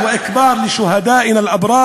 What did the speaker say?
וברכת הערצה ורוממות לשהידים שלנו,